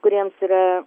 kuriems yra